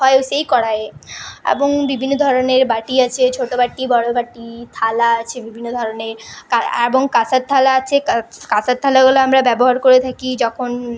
হয় ওই সেই কড়াইয়ে এবং বিভিন্ন ধরনের বাটি আছে ছোটো বাটি বড় বাটি থালা আছে বিভিন্ন ধরনের কা এবং কাঁসার থালা আছে কা কাঁসার থালাগুলো আমরা ব্যবহার করে থাকি যখন